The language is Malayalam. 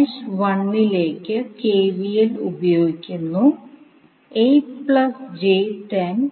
മെഷ് 1 ലേക്ക് കെവിഎൽ പ്രയോഗിക്കുന്നു മെഷ് 2 ന്